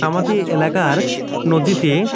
আমাদের এলাকার নদীতে